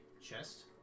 chest